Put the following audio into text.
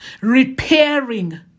repairing